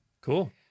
cool